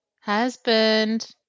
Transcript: Husband